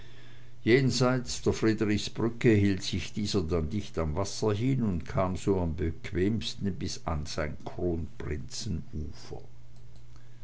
jenseits der friedrichsbrücke hielt sich dieser dann dicht am wasser hin und kam so am bequemsten bis